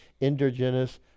endogenous